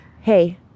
Hey